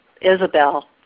Isabel